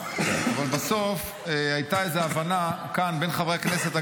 אבל בסוף הייתה איזו הבנה כאן בין חברי הכנסת,